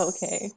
Okay